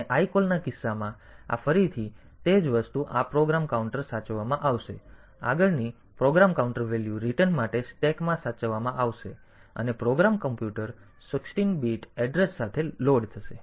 અને lcall ના કિસ્સામાં આ ફરીથી તે જ વસ્તુ આ પ્રોગ્રામ કાઉન્ટર સાચવવામાં આવશે આગળની પ્રોગ્રામ કાઉન્ટર વેલ્યુ રિટર્ન માટે સ્ટેકમાં સાચવવામાં આવશે અને પ્રોગ્રામ કોમ્પ્યુટર 16 બીટ એડ્રેસ સાથે લોડ થશે